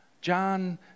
John